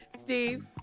Steve